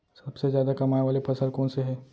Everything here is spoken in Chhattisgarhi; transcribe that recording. सबसे जादा कमाए वाले फसल कोन से हे?